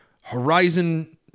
Horizon